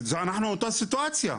אנחנו אותה סיטואציה,